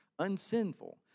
unsinful